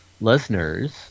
listeners